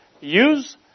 use